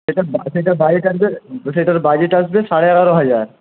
সেটা সেটার বাজেট আসবে সেটার বাজেট আসবে সাড়ে এগারো হাজার